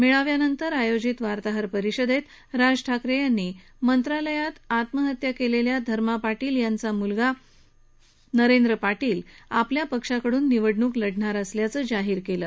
मेळाव्यानंतर आयोजित वार्ताहर परिषदेत राज ठाकरे यांनी मंत्रालयात आत्महत्या केलेल्या धर्मा पाटील यांचा मुलगा नरेंद्र पाटील आपल्या पक्षाकडून निवडणूक लढणार असल्याचं जाहीर केलं